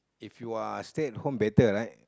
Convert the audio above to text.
if you are stay at home better right